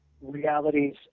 realities